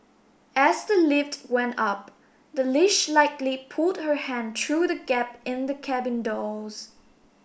as the lift went up the leash likely pulled her hand through the gap in the cabin doors